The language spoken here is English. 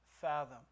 fathom